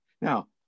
Now